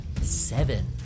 Seven